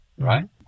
right